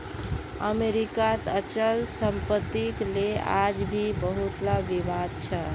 अमरीकात अचल सम्पत्तिक ले आज भी बहुतला विवाद छ